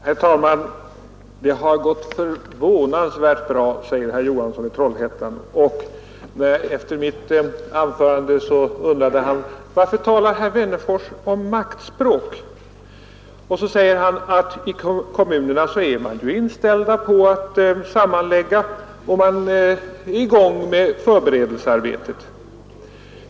Herr talman! Det har gått förvånansvärt bra, säger herr Johansson i Trollhättan, och efter mitt anförande undrade han: Varför talade herr Wennerfors om maktspråk? Han säger att man i kommunerna är inställd på att sammanlägga och att man är i gång med förberedelsearbetet.